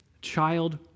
child